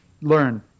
learn